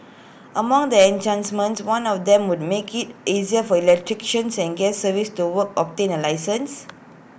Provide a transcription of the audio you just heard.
among the one of them would make IT easier for electricians and gas service to work obtain A licence